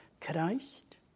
Christ